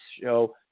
show